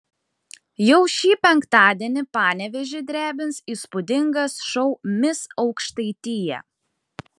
jau šį penktadienį panevėžį drebins įspūdingas šou mis aukštaitija